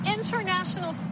International